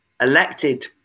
elected